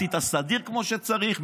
עשית סדיר כמו שצריך,